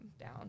down